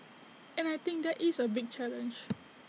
and I think that is A big challenge